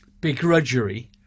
begrudgery